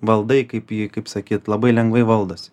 valdai kaip jį kaip sakyt labai lengvai valdosi